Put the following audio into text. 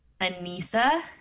Anissa